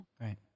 Right